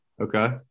Okay